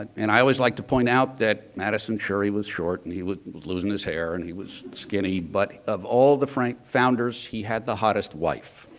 and i always like to point out that madison surely was short and he was loosing his hair and he was skinny. but of all the frank founders, he had the hottest wife.